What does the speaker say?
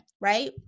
right